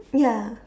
ya